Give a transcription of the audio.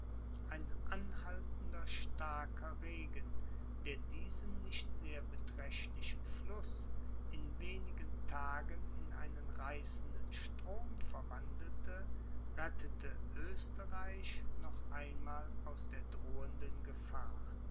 ein anhaltender starker regen der diesen nicht sehr beträchtlichen fluß in wenigen tagen in einen reißenden strom verwandelte rettete oesterreich noch einmal aus der drohenden gefahr